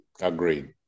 agreed